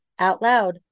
OUTLOUD